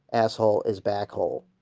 asshole is! back hole.